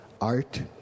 art